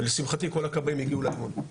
ולשמחתי כל הכבאים הגיעו לאימון.